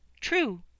True